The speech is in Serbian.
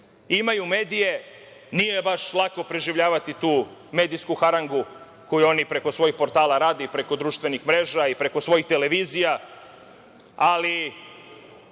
Imaju medije, nije baš lako preživljavati tu medijsku harangu koju oni preko svojih portala rade i preko društvenih mreža i preko svih televizija, ali,